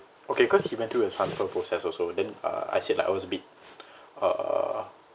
okay cause he went a transfer process also then uh I said like I was a bit uh